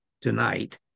tonight